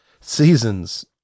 seasons